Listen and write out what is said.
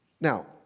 Now